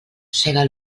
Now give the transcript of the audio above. cega